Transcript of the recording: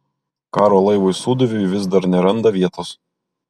karo laivui sūduviui vis dar neranda vietos